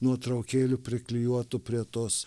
nuotraukėlių priklijuotų prie tos